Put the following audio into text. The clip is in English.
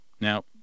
Now